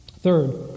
Third